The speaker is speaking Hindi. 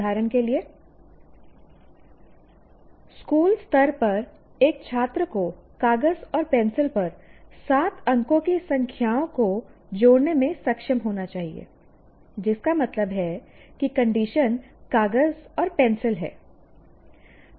उदाहरण के लिए स्कूल स्तर पर एक छात्र को कागज और पेंसिल पर 7 अंकों की संख्याओं को जोड़ने में सक्षम होना चाहिए जिसका मतलब है कि कंडीशन कागज और पेंसिल है